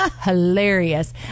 hilarious